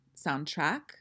soundtrack